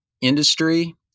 industry